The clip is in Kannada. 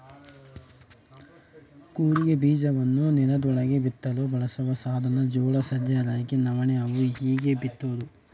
ಕೂರಿಗೆ ಬೀಜವನ್ನು ನೆಲದೊಳಗೆ ಬಿತ್ತಲು ಬಳಸುವ ಸಾಧನ ಜೋಳ ಸಜ್ಜೆ ರಾಗಿ ನವಣೆ ಅವು ಹೀಗೇ ಬಿತ್ತೋದು